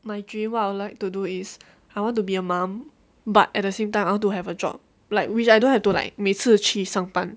my dream I would like to do is I want to be a mom but at the same time I want to have a job like which I don't have to like 每次去上班